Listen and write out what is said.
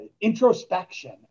Introspection